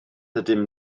ydym